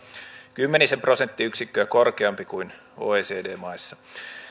kymmenisen prosenttiyksikköä korkeampi kuin oecd maissa